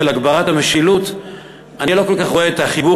הגברת המשילות אני לא כל כך רואה את החיבור